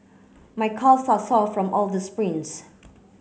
my calves are sore from all the sprints